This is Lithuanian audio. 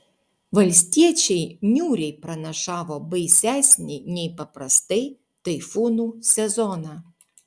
valstiečiai niūriai pranašavo baisesnį nei paprastai taifūnų sezoną